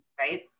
right